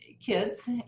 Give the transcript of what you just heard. kids